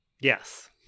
Yes